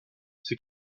ces